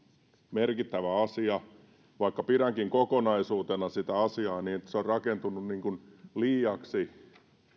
merkittävä asia vaikka pidänkin kokonaisuutena sitä asiaa niin se on rakentunut liiaksi